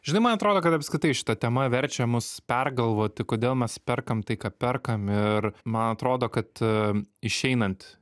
žinai man atrodo kad apskritai šita tema verčia mus pergalvoti kodėl mes perkam tai ką perkam ir man atrodo kad išeinant